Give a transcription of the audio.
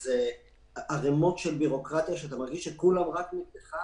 ויש ערימות של בירוקרטיה שאתה מרגיש שכולם רק נגדך,